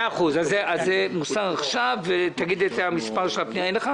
מספר הפנייה.